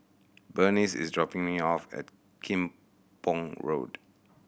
Burnice is dropping me off at Kim Pong Road